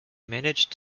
managed